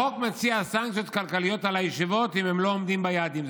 החוק מציע סנקציות כלכליות על הישיבות אם הן לא עומדות ביעדים,